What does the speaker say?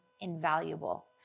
invaluable